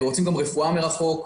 ורוצים גם רפואה מרחוק.